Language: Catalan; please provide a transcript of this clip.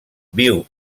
viu